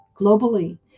globally